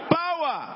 power